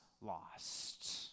lost